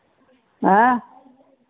आँय